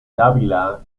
dávila